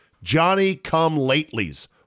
Johnny-come-latelys